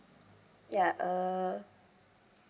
ya uh